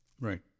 Right